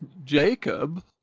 jacob,